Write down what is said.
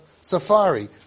safari